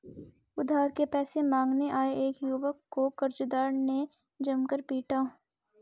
उधार के पैसे मांगने आये एक युवक को कर्जदार ने जमकर पीटा